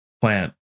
plant